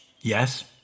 Yes